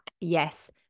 yes